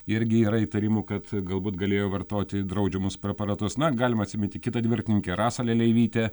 irgi yra įtarimų kad galbūt galėjo vartoti draudžiamus preparatus na galima atsiminti kitą dviratininkę rasą leleivytę